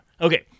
okay